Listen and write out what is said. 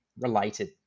related